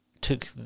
took